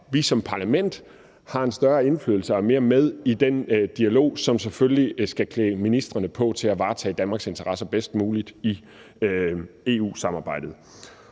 vi som parlament har en større indflydelse, og at vi er mere med i den dialog, som selvfølgelig skal klæde ministrene på til at varetage Danmarks interesser bedst muligt i EU-samarbejdet.